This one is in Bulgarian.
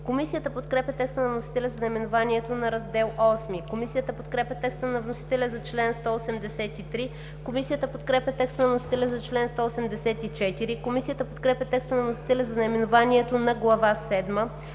Комисията подкрепя текста на вносителя за наименованието на Раздел VIII. Комисията подкрепя текста на вносителя за чл. 183. Комисията подкрепя текста на вносителя за чл. 184. Комисията подкрепя текста на вносителя за наименованието на Глава